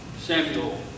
Samuel